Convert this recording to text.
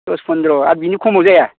दस पन्द्रह आरो बेनि खमाव जाया